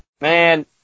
Man